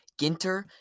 Ginter